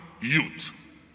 youth